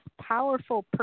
powerful